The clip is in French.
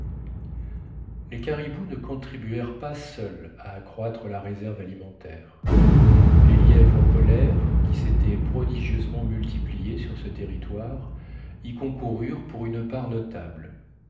les caribous ne contribuèrent pas seuls à accroître la réserve alimentaire les lièvres polaires qui s'étaient prodigieusement multipliés sur ce territoire y concoururent pour une part notable